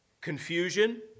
Confusion